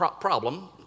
Problem